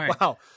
Wow